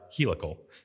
helical